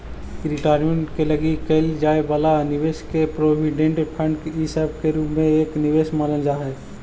retirement के लगी कईल जाए वाला निवेश के प्रोविडेंट फंड इ सब के रूप में एक निवेश मानल जा हई